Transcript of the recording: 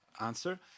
answer